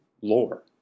lore